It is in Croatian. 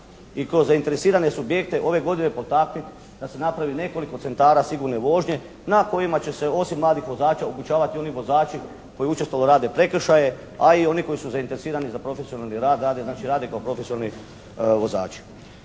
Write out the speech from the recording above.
i kroz zainteresirane subjekte ove godine potaknuti da se napravi nekoliko centara sigurne vožnje na kojima će se osim mladih vozača obučavati oni vozači koji učestalo rade prekršaje, a i oni koji su zainteresirani za profesionalni rad rade, znači rade kao profesionalni vozači